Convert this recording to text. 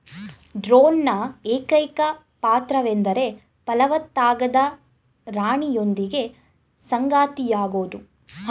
ಡ್ರೋನ್ನ ಏಕೈಕ ಪಾತ್ರವೆಂದರೆ ಫಲವತ್ತಾಗದ ರಾಣಿಯೊಂದಿಗೆ ಸಂಗಾತಿಯಾಗೋದು